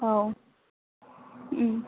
औ